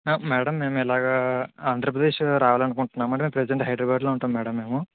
ఆ మ్యాడమ్ మేము ఇలాగ ఆంధ్రప్రదేశ్ రావాలనుకుంటున్నాము ప్రెజంట్ హైదరాబాద్లో ఉంటాం మ్యాడమ్ మేము